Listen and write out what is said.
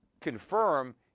confirm